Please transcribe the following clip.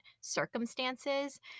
circumstances